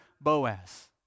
Boaz